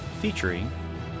Featuring